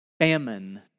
Famine